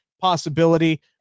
Possibility